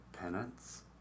penance